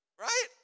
Right